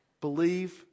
believe